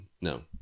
No